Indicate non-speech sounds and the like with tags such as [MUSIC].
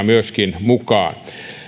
[UNINTELLIGIBLE] myöskin markkinavoimia mukaan